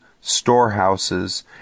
storehouses